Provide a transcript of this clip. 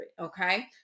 Okay